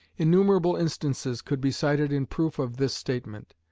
innumerable instances could be cited in proof of this statement.